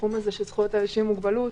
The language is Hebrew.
בתחום של זכויות אנשים עם מוגבלות,